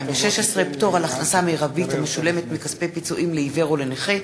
216) (פטור על הכנסה מרבית המשולמת מכספי פיצויים לעיוור או לנכה),